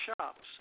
shops